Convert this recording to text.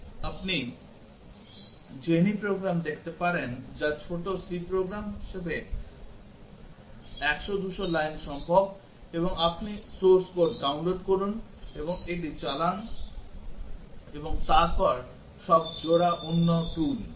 আপনি Jenny program দেখতে পারেন যা ছোট C প্রোগ্রাম হিসাবে 100 200 লাইন সম্ভব এবং আপনি সোর্স কোড ডাউনলোড করুন এবং এটি চালান এবং তারপর সব জোড়া অন্য tool